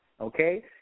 okay